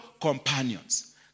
companions